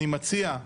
אני מציע.